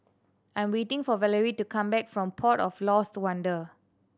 I'm waiting for Valery to come back from Port of Lost Wonder